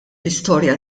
istorja